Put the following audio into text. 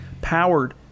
powered